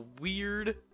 weird